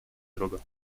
другу